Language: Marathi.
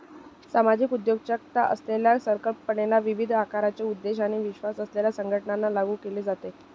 सामाजिक उद्योजकता असलेल्या संकल्पनेला विविध आकाराचे उद्देश आणि विश्वास असलेल्या संघटनांना लागू केले जाते